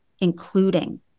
including